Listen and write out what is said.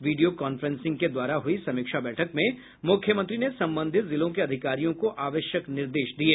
video conferencing के द्वारा हुई समीक्षा बैठक में मुख्यमंत्री ने संबंधित जिलों के अधिकारियों को आवश्यक निर्देश भी दिये